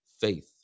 faith